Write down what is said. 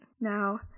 Now